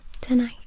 tonight